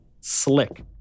Slick